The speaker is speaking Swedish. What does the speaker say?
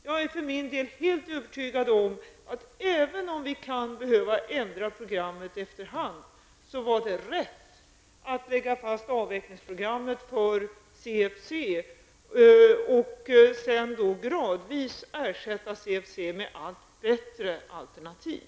Jag för min del är helt övertygad om att även om vi kan behöva ändra programmet efter hand, så var det rätt att lägga fast avvecklingsprogrammet för CFC och sedan gradvis ersätta CFC med allt bättre alternativ.